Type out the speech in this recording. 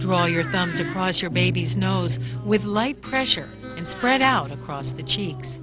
draw your thumb surprise your baby's nose with light pressure and spread out across the cheeks